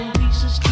pieces